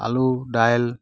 আলু দাইল